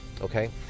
okay